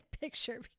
picture